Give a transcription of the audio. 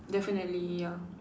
definitely ya